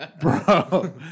Bro